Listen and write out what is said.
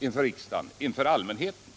inför riksdagen och inför allmänheten.